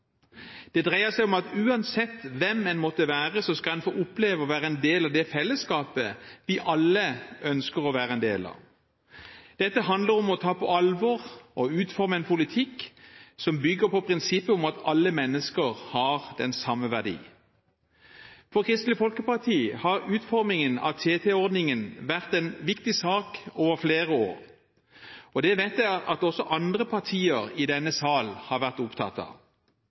Det dreier seg om at uansett hvem en måtte være, skal en få oppleve å være en del av det fellesskapet vi alle ønsker å være en del av. Dette handler om å ta på alvor og utforme en politikk som bygger på prinsippet om at alle mennesker har den samme verdi. For Kristelig Folkeparti har utformingen av TT-ordningen vært en viktig sak over flere år, og det vet jeg at også andre partier i denne sal har vært opptatt av.